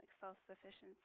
self-sufficiency